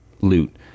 loot